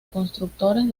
constructores